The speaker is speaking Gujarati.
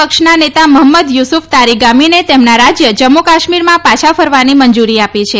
પક્ષના નેતા મહંમદ યુસુફ તારિગામીને તેમના રાજ્ય જમ્મુ કાશ્મીરમાં પાછા જવાની મંજુરી આપી છે